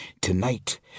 Tonight